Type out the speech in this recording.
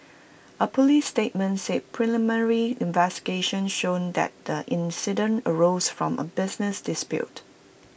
A Police statement said preliminary investigations showed that the incident arose from A business dispute